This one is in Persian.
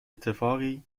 اتفاقی